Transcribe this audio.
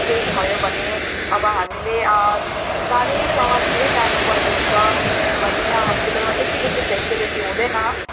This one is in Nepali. केही भयो भने अब हामीले टाढै सहरतिरै लानुपर्ने हुन्छ हाम्रो या हस्पिटलमा त्यति बेसी फेसिलिटी हुँदैन